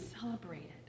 celebrated